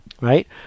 right